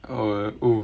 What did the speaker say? oh oo